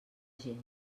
gent